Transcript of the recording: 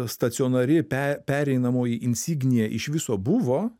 stacionari pe pereinamoji insignija iš viso buvo